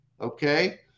Okay